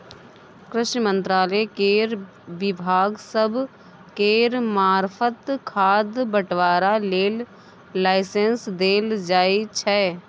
कृषि मंत्रालय केर विभाग सब केर मार्फत खाद बंटवारा लेल लाइसेंस देल जाइ छै